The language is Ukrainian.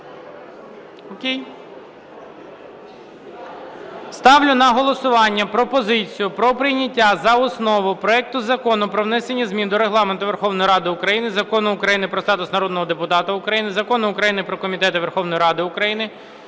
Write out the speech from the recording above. Ставлю на голосування пропозицію про прийняття за основу проекту Закону про внесення змін до Регламенту Верховної Ради України, Закону України "Про статус народного депутата України", Закону України "Про комітети Верховної Ради України"